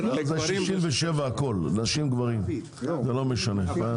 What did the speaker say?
67 הכול, נשים וגברים, זה לא משנה.